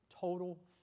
Total